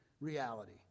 reality